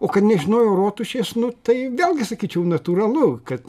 o kad nežinojo rotušės nu tai vėlgi sakyčiau natūralu kad